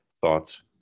Thoughts